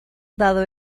dado